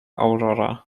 aurora